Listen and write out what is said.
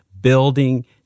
building